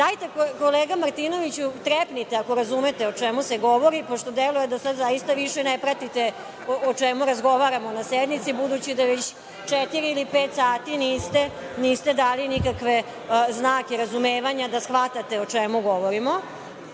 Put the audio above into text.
Dajte, kolega Martinoviću, trepnite ako razumete o čemu se govori, pošto deluje da sad zaista više ne pratite o čemu razgovaramo na sednici, budući da već četiri ili pet sati niste dali nikakve znake razumevanja da shvatate o čemu govorimo.